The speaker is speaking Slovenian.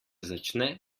začne